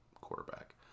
quarterback